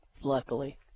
Luckily